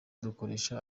gukoresha